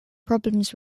problems